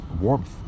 warmth